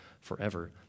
forever